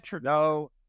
no